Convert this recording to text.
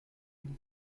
mille